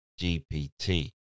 GPT